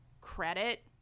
credit